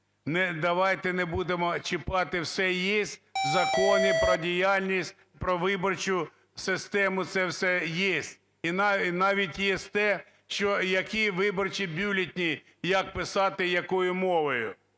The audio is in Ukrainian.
Давайте не будемо чіпати, все є. Закони про діяльність, про виборчу систему – це все є. І навіть є те, що які виборчі бюлетені як писати, якою мовою.